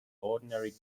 ordinary